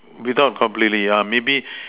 without completely yeah maybe